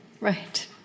right